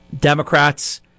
Democrats